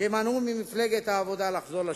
שמנעו ממפלגת העבודה לחזור לשלטון.